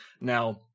Now